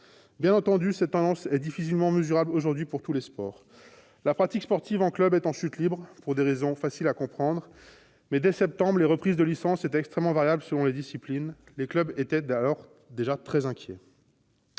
Bien entendu, cette tendance est difficilement mesurable aujourd'hui pour tous les sports. La pratique sportive en club est en chute libre, et ce pour des raisons faciles à comprendre. Dès le mois de septembre dernier, les reprises de licence étaient extrêmement variables selon les disciplines et les clubs étaient alors déjà très inquiets.